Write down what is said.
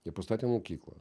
jie pastatė mokyklą